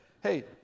hey